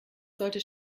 sollte